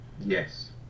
Yes